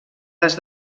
les